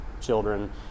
children